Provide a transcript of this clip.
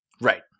Right